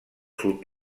sud